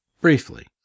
briefly